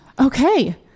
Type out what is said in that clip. Okay